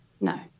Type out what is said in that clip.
No